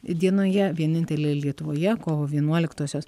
dienoje vienintelė lietuvoje kovo vienuoliktosios